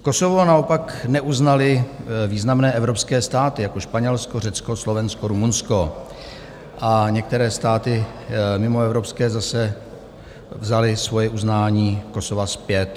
Kosovo naopak neuznaly významné evropské státy jako Španělsko, Řecko, Slovensko, Rumunsko a některé státy mimoevropské zase vzaly svoje uznání Kosova zpět.